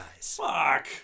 Fuck